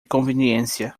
conveniência